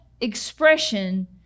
expression